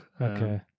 okay